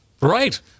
Right